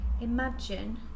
imagine